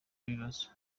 kibazo